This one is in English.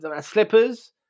slippers